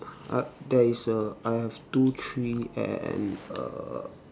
uh there is a I have two tree and a